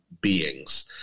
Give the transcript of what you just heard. beings